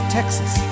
Texas